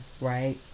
right